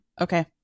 Okay